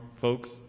folks